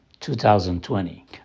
2020